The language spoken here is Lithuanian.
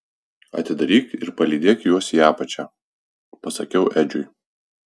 atidaryk ir palydėk juos į apačią pasakiau edžiui